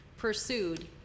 pursued